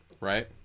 Right